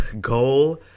goal